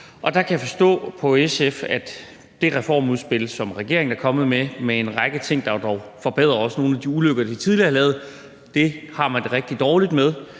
Der kan jeg forstå på SF, at det reformudspil, som regeringen er kommet med om en række ting, der dog forbedrer også nogle af de ulykker, de tidligere har lavet, og som man har det rigtig dårligt med.